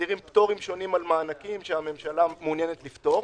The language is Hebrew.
מסדירים פטורים שונים על מענקים שהממשלה מעוניינת לפטור.